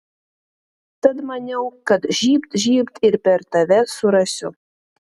tad maniau kad žybt žybt ir per tave surasiu